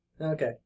Okay